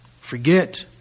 Forget